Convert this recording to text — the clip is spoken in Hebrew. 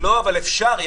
אפשר.